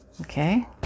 Okay